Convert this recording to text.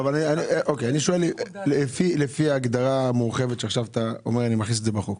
לפי ההגדרה המורחבת שעכשיו מוכנסת לחוק,